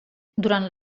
durant